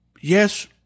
Yes